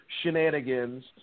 shenanigans